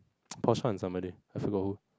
Porsche and somebody I forgot who